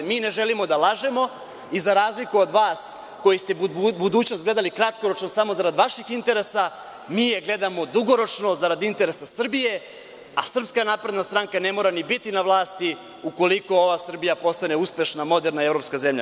Mi ne želimo da lažemo i, za razliku od vas koji ste budućnost gledali kratkoročno samo zarad vaših interesa, mi je gledamo dugoročno, zarad interesa Srbije, a SNS ne mora ni biti na vlasti ukoliko ova Srbija postane uspešna, moderna evropska zemlja.